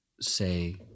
say